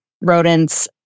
rodents